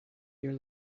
your